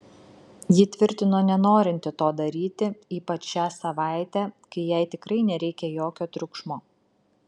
ji tvirtino nenorinti to daryti ypač šią savaitę kai jai tikrai nereikia jokio triukšmo